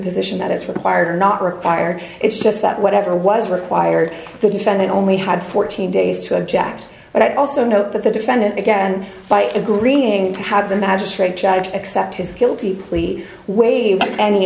position that it's required or not required it's just that whatever was required the defendant only had fourteen days to object but i also note that the defendant again by agreeing to have the magistrate judge accept his guilty plea waive any